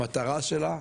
המטרה שלה,